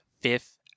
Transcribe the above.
fifth